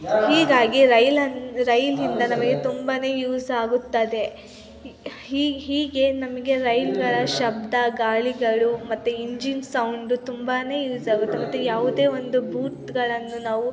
ಹೀಗಾಗಿ ರೈಲು ರೈಲಿನಿಂದ ನಮಗೆ ತುಂಬ ಯೂಸ್ ಆಗುತ್ತದೆ ಹೀಗೆ ನಮಗೆ ರೈಲುಗಳ ಶಬ್ದ ಗಾಲಿಗಳು ಮತ್ತು ಇಂಜಿನ್ ಸೌಂಡು ತುಂಬಾ ಯೂಸ್ ಆಗುತ್ತೆ ಮತ್ತು ಯಾವುದೇ ಒಂದು ಭೂತ್ಗಳನ್ನು ನಾವು